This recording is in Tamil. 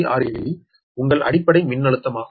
6 KV உங்கள் அடிப்படை மின்னழுத்தமாகும்